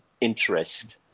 interest